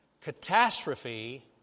Catastrophe